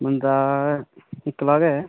बंदा इक्कला गै ऐ